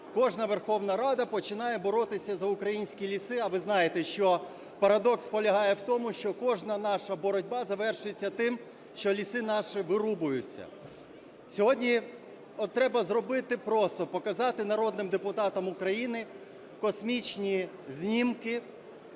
кожна Верховна Рада починає боротися за українські ліси. А ви знаєте, що парадокс полягає в тому, що кожна наша боротьба завершується тим, що ліси наші вирубуються. Сьогодні от треба зробити просто: показати народним депутатам України космічні знімки